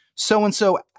So-and-so